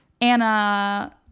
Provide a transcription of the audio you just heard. Anna